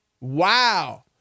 Wow